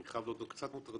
אני חייב להודות קצת מוטרדים,